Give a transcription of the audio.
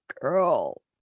girl